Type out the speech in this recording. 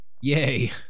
Yay